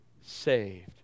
saved